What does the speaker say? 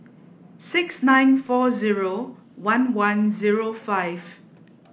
six nine four zero one one zero five